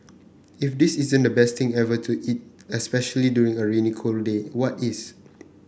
if this isn't the best thing ever to eat especially during a rainy cold day what is